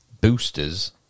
boosters